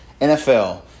NFL